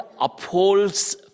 upholds